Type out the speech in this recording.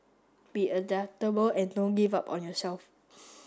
be adaptable and don't give up on yourself